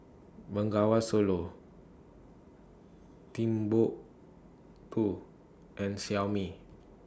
Bengawan Solo Timbuk two and Xiaomi